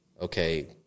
okay